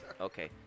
okay